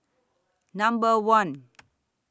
Number one